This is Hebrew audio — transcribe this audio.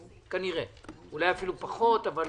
אולי פחות, אבל